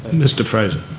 mr fraser